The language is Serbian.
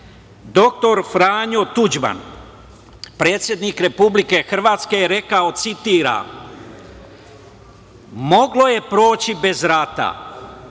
Doktor Franjo Tuđman, predsednik Republike Hrvatske je rekao, citiram: „Moglo je proći bez rata,